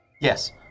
Yes